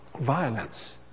violence